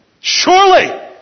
Surely